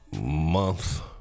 month